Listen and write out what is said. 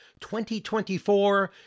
2024